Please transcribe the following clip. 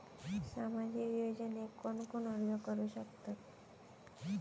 सामाजिक योजनेक कोण कोण अर्ज करू शकतत?